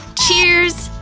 cheers!